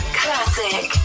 classic